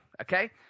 okay